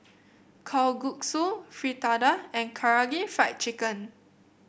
Kalguksu Fritada and Karaage Fried Chicken